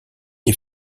les